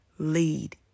lead